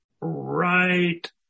right